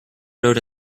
road